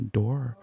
door